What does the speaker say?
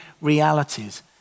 realities